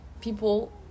people